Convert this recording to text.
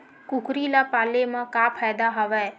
कुकरी ल पाले म का फ़ायदा हवय?